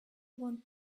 want